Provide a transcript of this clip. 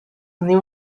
new